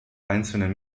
einzelnen